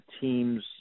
team's